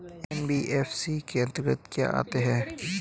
NBFC के अंतर्गत क्या आता है?